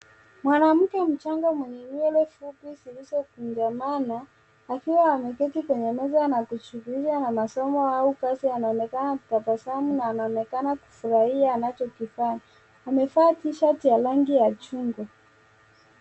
Mwanamke mchanga mwenye nywele fupi zilizokunjamana akiwa ameketi kwenye meza na kushughulika na masomo au kazi anaonekana kutabasamu na anaonekana kufurahia anachokifanya. Amevaa T-shirt ya rangi ya chungwa.